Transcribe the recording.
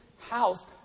house